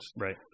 Right